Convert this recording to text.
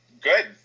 good